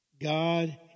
God